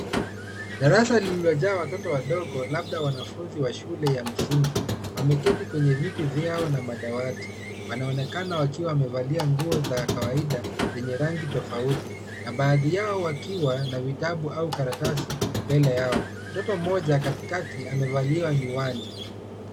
Darasa lililojaa watoto wadogo labda wanafunzi wa shule ya msingi wameketi kwenye viti vyao na madawati. Wanaonekana wakiwa wamevalia nguo za kawaida zenye rangi tofauti na baadhi yao wakiwa na vitabu au karatasi mbele yao. Mtoto mmoja katikati amevalia miwani.